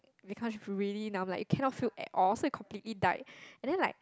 becomes really numb like you cannot feel at all so it completely died and then like